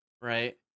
right